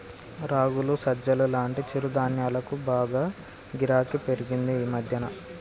రాగులు, సజ్జలు లాంటి చిరుధాన్యాలకు బాగా గిరాకీ పెరిగింది ఈ మధ్యన